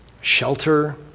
shelter